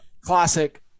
Classic